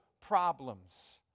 problems